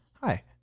Hi